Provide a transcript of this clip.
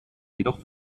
jedoch